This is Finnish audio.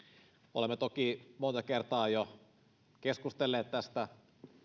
olemme toki monta kertaa jo keskustelleet tästä